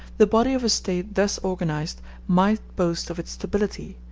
the body of a state thus organized might boast of its stability,